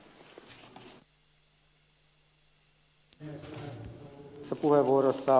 arvoisa puhemies